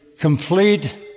complete